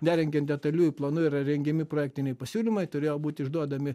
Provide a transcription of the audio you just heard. nerengiant detaliųjų planų yra rengiami projektiniai pasiūlymai turėjo būt išduodami